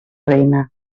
reina